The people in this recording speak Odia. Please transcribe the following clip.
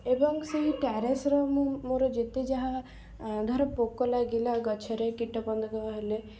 ଏବଂ ସେଇ ଟାରେସ୍ ର ମୁଁ ମୋର ଯେତେ ଯାହା ଧର ପୋକ ଲାଗିଲା ଗଛରେ କୀଟପତଙ୍ଗ ହେଲେ